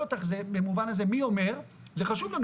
אותך זה במובן הזה מי אומר זה חשוב לנו,